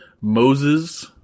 Moses